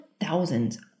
thousands